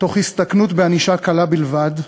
תוך הסתכנות בענישה קלה בלבד?